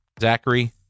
Zachary